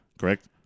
Correct